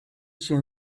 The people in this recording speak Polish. się